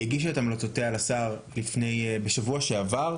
היא הגישה את המלצותיה לשר בשבוע שעבר.